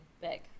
big